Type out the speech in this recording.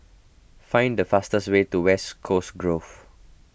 find the fastest way to West Coast Grove